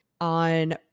on